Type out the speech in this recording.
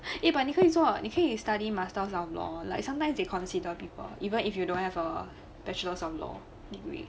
eh but 你可以做你可以 study master of law like sometimes they consider people even if you don't have a bachelor of law degree